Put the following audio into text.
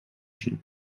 się